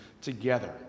together